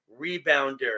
rebounder